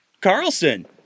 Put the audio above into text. Carlson